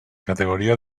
categoria